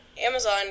Amazon